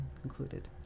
concluded